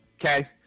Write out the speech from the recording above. okay